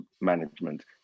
management